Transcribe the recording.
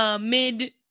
mid